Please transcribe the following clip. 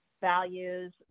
values